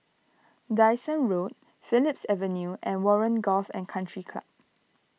Dyson Road Phillips Avenue and Warren Golf and Country Club